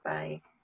Bye